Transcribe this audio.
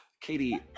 Katie